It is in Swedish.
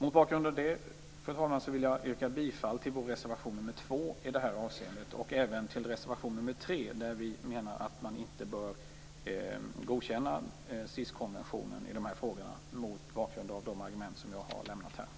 Mot bakgrund av detta vill jag yrka bifall till vår reservation nr 2 och även till reservation nr 3, där vi hävdar, mot bakgrund av de argument jag framfört här, att man inte bör godkänna CIS